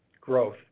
growth